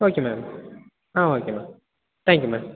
okay ma'am ah okay ma'am thank you ma'am